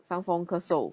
伤风咳嗽